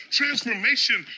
transformation